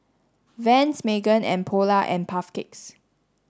Vans Megan and Polar and Puff Cakes